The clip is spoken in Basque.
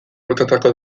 botatako